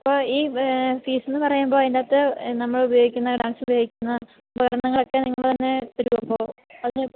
അപ്പോൾ ഈ ഫീസ് എന്ന് പറയുമ്പം അതിന്റകത്ത് നമ്മളുപയോയിക്കുന്ന ഡാന്സ് ഉപയോഗിക്കുന്ന ഉപകരണങ്ങളൊക്കെ നിങ്ങൾ തന്നെ തരുമോ അപ്പോൾ അതിന്